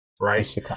right